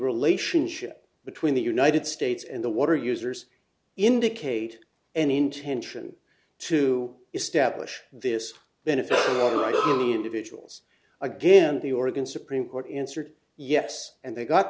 relationship between the united states and the water users indicate an intention to establish this benefit individuals again the oregon supreme court answered yes and they got